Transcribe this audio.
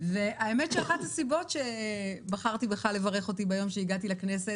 אחת הסיבות שבחרתי בך לברך אותי ביום שהגעתי לכנסת